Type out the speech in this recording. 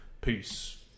Peace